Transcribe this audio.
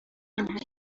هستند